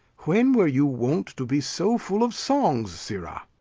when were you wont to be so full of songs, sirrah?